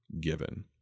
given